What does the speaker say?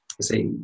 say